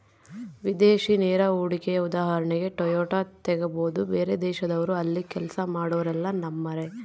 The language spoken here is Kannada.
ವಿದೇಶಿ ನೇರ ಹೂಡಿಕೆಯ ಉದಾಹರಣೆಗೆ ಟೊಯೋಟಾ ತೆಗಬೊದು, ಬೇರೆದೇಶದವ್ರು ಅಲ್ಲಿ ಕೆಲ್ಸ ಮಾಡೊರೆಲ್ಲ ನಮ್ಮರೇ